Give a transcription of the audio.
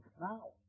Now